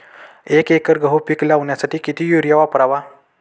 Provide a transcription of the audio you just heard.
एक एकर गहू पीक लावण्यासाठी किती युरिया वापरावा?